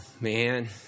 man